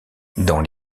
dans